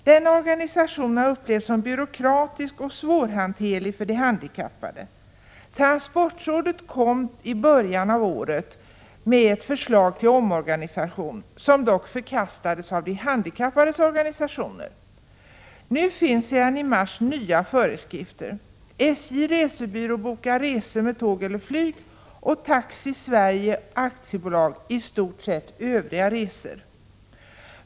Denna organisation har upplevts som byråkratisk och svårhanterlig för de handikappade. Transportrådet kom i början av året med ett förslag till omorganisation som dock förkastades av de handikappades organisationer. Nu finns det sedan i mars nya föreskrifter. SJ Resebyrå bokar resor med tåg eller flyg och Taxi Sverige AB i stort sett övriga resor.